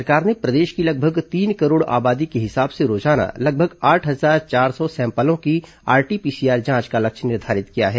राज्य सरकार ने प्रदेश की लगभग तीन करोड़ आबादी के हिसाब से रोजाना लगभग आठ हजार चार सौ सैंपलों की आरटीपीसीआर जांच का लक्ष्य निर्धारित किया है